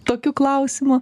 tokių klausimų